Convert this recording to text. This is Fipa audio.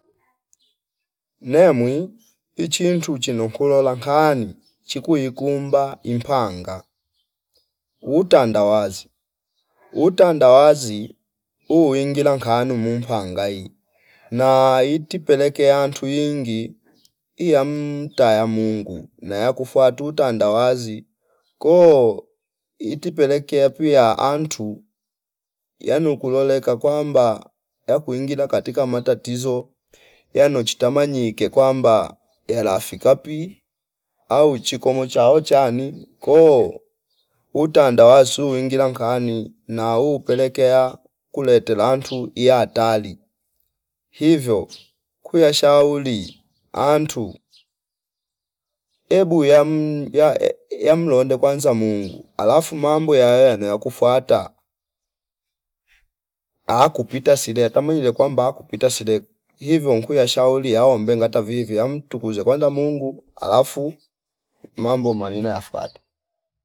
Nemwi ichi ntu chino kulola kaani chikwi ikumba ipanga utandawazi, utandawazi uwingila knu mumpangaai na iti pelekea antu wingi iyam taya Mungu na yakufua tu tandawazi koo iti pelekea pia antu yanu kuloleka kwamba yakuingila katika matatizo yano chita manyike kwamba ela fikapi au chikomo chaochani koo utandawazi suu ingila kani na upelekea kulete lantu iya tali hivo ku yashauli antu embu yam- ya- yamlonde kwanza Mungu alafu mambo yayaye kufuata akupita sile kama ile kwamba akupita silevi ivo nkuwia kuyashauli yao mbengata vivya yamtukuza kwanza Mungu alafu mambo manina yafuate